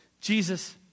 Jesus